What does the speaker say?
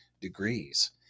degrees